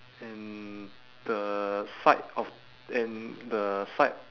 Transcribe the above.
and the side of and the side